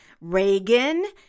Reagan